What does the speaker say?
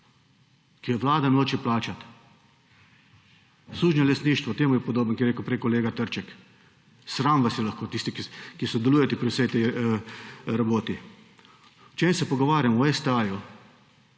ki je vlada noče plačat. Sužnjelastništvo, temu je podobno, kar je rekel prej kolega Trček. Sram vas je lahko tisti, ki sodelujete pri vsej tej raboti. O čem se pogovarjamo? O STA.